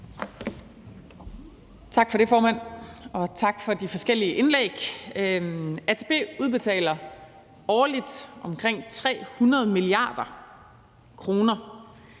Tak for det, formand, og tak for de forskellige indlæg. ATP udbetaler årligt omkring 300 mia. kr.